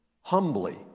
humbly